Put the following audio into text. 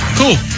cool